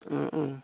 Om Om